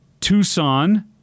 tucson